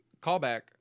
callback